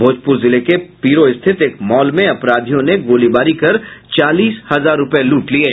भोजपुर जिले के पीरो स्थित एक मॉल में अपराधियों ने गोलीवारी कर चालीस हजार रूपये लूट लिये